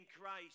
Christ